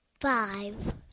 five